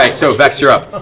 like so vex, you're up.